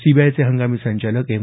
सीबीआयचे हंगामी संचालक एम